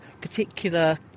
particular